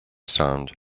sound